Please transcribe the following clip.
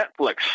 Netflix